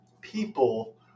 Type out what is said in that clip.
people